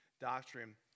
doctrine